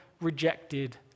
rejected